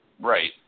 Right